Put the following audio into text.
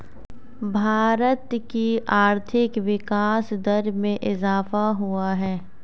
भारत की आर्थिक विकास दर में इजाफ़ा हुआ है